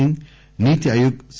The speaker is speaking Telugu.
సింగ్ నీతిఆయోగ్ సి